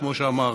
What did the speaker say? כמו שאמר חיים,